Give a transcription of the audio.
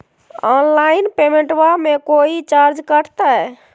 Online पेमेंटबां मे कोइ चार्ज कटते?